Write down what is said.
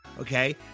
okay